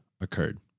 occurred